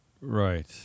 Right